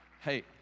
hey